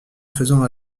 faisant